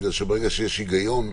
בגלל שברגע שיש היגיון,